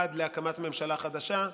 עד להקמת ממשלה חדשה,